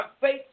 faith